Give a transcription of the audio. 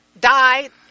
died